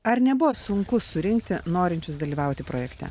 ar nebuvo sunku surinkti norinčius dalyvauti projekte